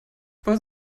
woher